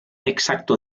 exacto